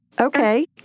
Okay